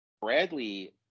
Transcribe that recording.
bradley